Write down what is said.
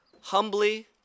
humbly